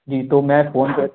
जी तो मैं फ़ोन कर